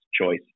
choice